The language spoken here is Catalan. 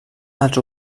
els